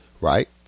Right